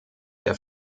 der